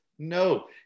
no